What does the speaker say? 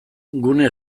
gune